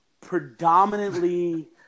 predominantly